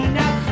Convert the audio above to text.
now